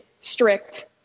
strict